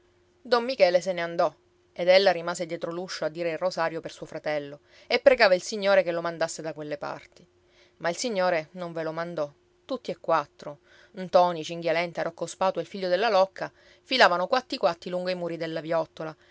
don michele se ne andò ed ella rimase dietro l'uscio a dire il rosario per suo fratello e pregava il signore che lo mandasse da quelle parti ma il signore non ve lo mandò tutti e quattro ntoni cinghialenta rocco spatu e il figlio della locca filavano quatti quatti lungo i muri della viottola